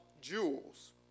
jewels